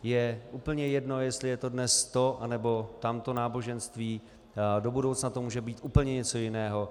Je úplně jedno, jestli je to dnes to nebo tamto náboženství, do budoucna to může být úplně něco jiného.